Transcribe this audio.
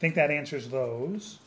i think that answers those